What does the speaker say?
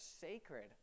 sacred